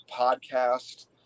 podcast